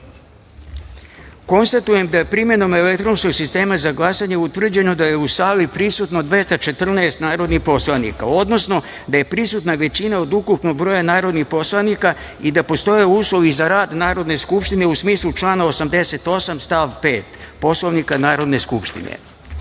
glasanje. Konstatujem da je primenom elektronskog sistema za glasanje utvrđeno da je u sali prisutno 214 narodnih poslanika, odnosno da je prisutna većina od ukupnog broja narodnih poslanika i da postoje uslovi za rad Narodne skupštine u smislu člana 88. stav 5. Poslovnika Narodne skupštine